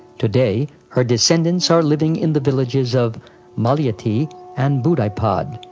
today, her descendants are living in the villages of maliati and budhaipad,